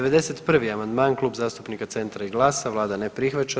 91. amandman Klub zastupnika Centra i GLAS-a vlada ne prihvaća.